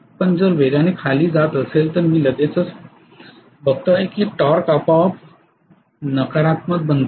पण जर वेगाने खाली जात असेल तर मी लगेचच पहात आहे की टॉर्क आपोआप नकारात्मक बनतो